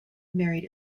married